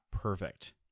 perfect